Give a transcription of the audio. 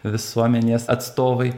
visuomenės atstovai